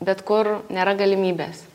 bet kur nėra galimybės